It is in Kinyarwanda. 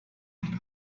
hari